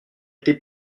été